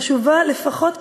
חשוב לפחות כמו,